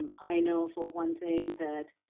um i know for one thing that